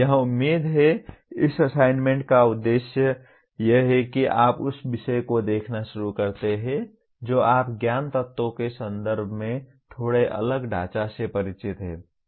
यह उम्मीद है इस असाइनमेंट का उद्देश्य यह है कि आप उस विषय को देखना शुरू करते हैं जो आप ज्ञान तत्वों के संदर्भ में थोड़े अलग ढांचे से परिचित हैं